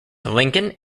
lincoln